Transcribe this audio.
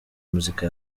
muzika